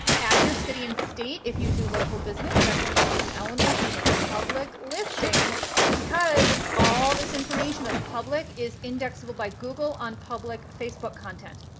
add your city and state, if you do local business, that's an important element in a public listing because all this information that's public is indexable by google on public facebook content.